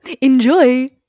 enjoy